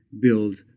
build